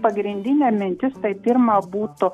pagrindinė mintis tai pirma būtų